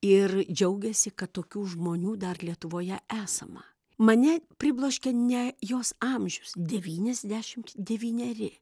ir džiaugėsi kad tokių žmonių dar lietuvoje esama mane pribloškė ne jos amžius devyniasdešimt devyneri